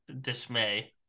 dismay